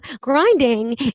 grinding